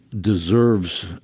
deserves